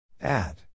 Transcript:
Add